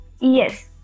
Yes